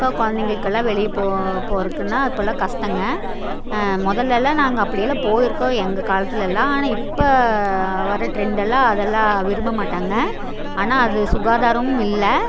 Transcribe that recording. இப்போ குழந்தைங்களுக்குலாம் வெளியே போக போகிறதுக்குனா அப்பெல்லாம் கஷ்டங்க முதல்லலாம் நாங்கள் அப்படியெல்லாம் போயிருக்கோம் எங்கள் காலத்துலெலாம் ஆனால் இப்போ வர ட்ரெண்ட் எல்லாம் அதெலாம் விரும்ப மாட்டாங்க ஆனால் அது சுகாதாரம் இல்லை